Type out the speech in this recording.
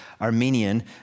Armenian